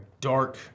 dark